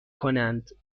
کنند